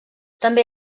també